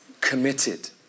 committed